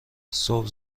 صبح